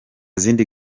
zindi